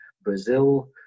Brazil